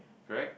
correct